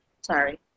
sorry